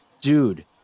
dude